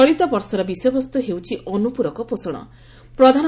ଚଳିତ ବର୍ଷର ବିଷୟବସ୍ତୁ ହେଉଛି 'ଅନୁପ୍ରରକ ପୋଷଣ'